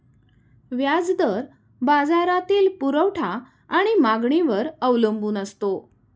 व्याज दर बाजारातील पुरवठा आणि मागणीवर अवलंबून असतो